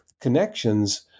connections